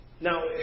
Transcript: Now